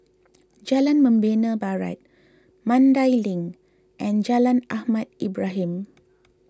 Jalan Membina Barat Mandai Link and Jalan Ahmad Ibrahim